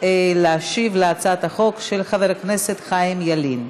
להשיב על הצעת החוק של חבר הכנסת חיים ילין.